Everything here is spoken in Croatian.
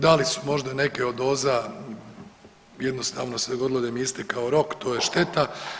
Da li su možda neke od doza jednostavno se dogodilo da im je istekao rok, to je šteta.